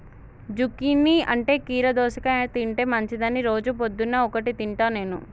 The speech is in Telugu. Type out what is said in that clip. జుకీనీ అంటే కీరా దోసకాయ తింటే మంచిదని రోజు పొద్దున్న ఒక్కటి తింటా నేను